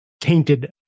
tainted